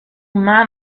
man